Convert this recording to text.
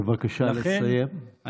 בבקשה לסיים.